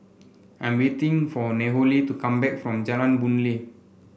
I'm waiting for Nohely to come back from Jalan Boon Lay